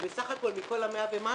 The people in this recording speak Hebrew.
ובסך הכל מכל ה-100 ומשהו,